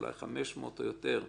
אולי 500 או יותר,